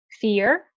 fear